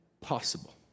possible